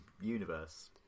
universe